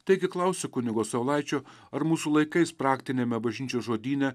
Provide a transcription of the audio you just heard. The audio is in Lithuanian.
taigi klausiu kunigo saulaičio ar mūsų laikais praktiniame bažnyčios žodyne